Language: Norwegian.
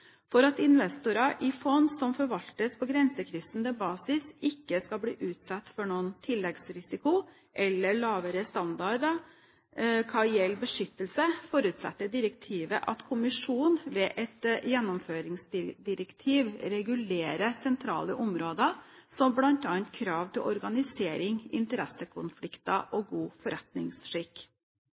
For at investorer i fond som forvaltes på grensekryssende basis, ikke skal bli utsatt for noen tilleggsrisiko eller lavere standarder hva gjelder beskyttelse, forutsetter direktivet at kommisjonen ved et gjennomføringsdirektiv regulerer sentrale områder som bl.a. krav til organisering, interessekonflikter og god forretningsskikk.